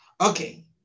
Okay